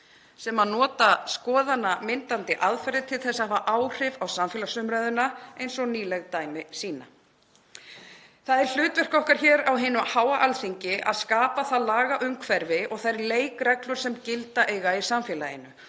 sem nota skoðanamyndandi aðferðir til að hafa áhrif á samfélagsumræðuna eins og nýleg dæmi sýna? Það er hlutverk okkar hér á hinu háa Alþingi að skapa það lagaumhverfi og þær leikreglur sem gilda eiga í samfélaginu.